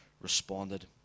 responded